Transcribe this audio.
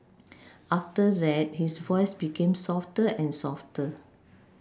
after that his voice became softer and softer